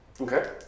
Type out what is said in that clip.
Okay